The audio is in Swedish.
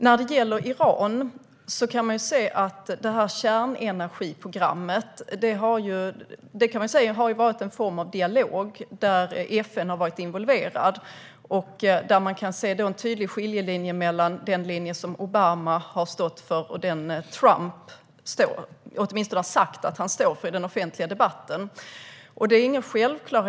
När det gäller Iran kan vi säga att kärnenergiprogrammet har varit en form av dialog där FN har varit involverat. Man kan se en tydlig skiljelinje mellan den linje som Obama har stått för och den som Trump i den offentliga debatten har sagt sig stå för.